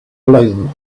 blame